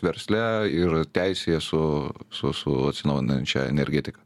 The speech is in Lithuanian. versle ir teisėje su su su atsinaujinančia energetika